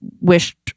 wished